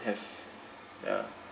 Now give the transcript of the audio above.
have ya